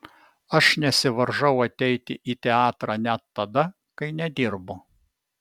aš nesivaržau ateiti į teatrą net tada kai nedirbu